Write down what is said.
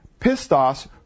pistos